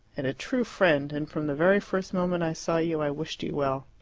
and a true friend, and from the very first moment i saw you i wished you well.